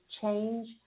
change